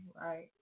Right